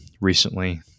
recently